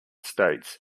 states